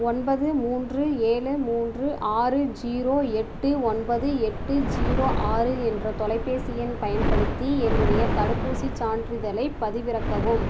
ஒன்பது மூன்று ஏழு மூன்று ஆறு ஜீரோ எட்டு ஒன்பது எட்டு ஜீரோ ஆறு என்ற தொலைபேசி எண் பயன்படுத்தி என்னுடைய தடுப்பூசிச் சான்றிதழைப் பதிவிறக்கவும்